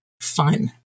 fun